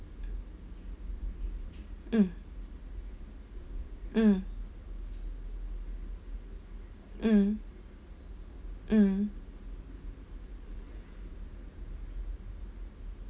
mm mm mm mm